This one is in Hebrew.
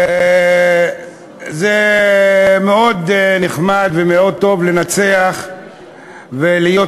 זה מאוד נחמד ומאוד טוב לנצח ולהיות